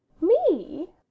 Me